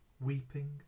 weeping